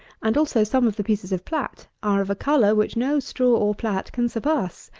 and also some of the pieces of plat, are of a colour which no straw or plat can surpass.